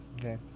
Okay